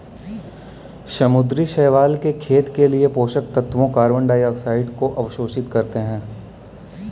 समुद्री शैवाल के खेत के लिए पोषक तत्वों कार्बन डाइऑक्साइड को अवशोषित करते है